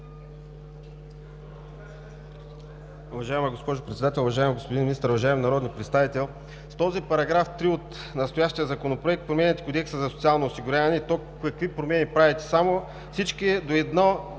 Уважаема госпожо Председател, уважаеми господин Министър, уважаеми народни представители! С този § 3 от настоящия Законопроект променяте Кодекса за социално осигуряване и то какви промени правите само?! Всички до една